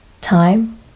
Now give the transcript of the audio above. Time